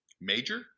major